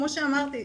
כמו שאמרתי,